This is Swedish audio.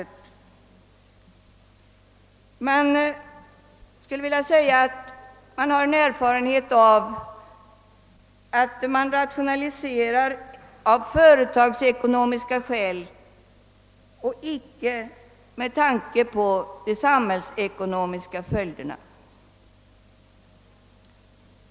Jag skulle vilja säga att erfarenheten visar, att man rationaliserar av företagsekonomiska skäl och utan tanke på de samhällsekonomiska följderna.